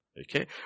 Okay